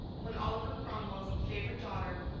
when oliver cromwell's favourite daughter,